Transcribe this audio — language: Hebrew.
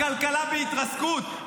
הכלכלה בהתרסקות,